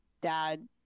dad